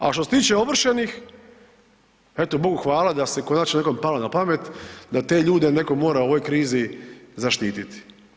A što se tiče ovršenih, eto Bogu hvala da se konačno nekom palo na pamet da te ljude neko mora u ovoj krizi zaštititi.